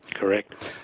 correct.